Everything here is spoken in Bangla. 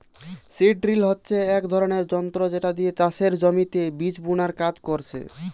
সীড ড্রিল হচ্ছে এক ধরণের যন্ত্র যেটা দিয়ে চাষের জমিতে বীজ বুনার কাজ করছে